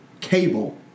cable